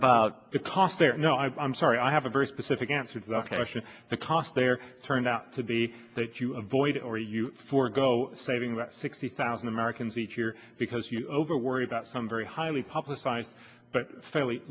about the cost there is no i'm sorry i have a very specific answer to the question the cost there turned out to be that you avoid or you forego saving about sixty thousand americans each year because you over worry about some very highly publicized but fairly